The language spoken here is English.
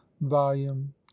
volume